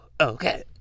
Okay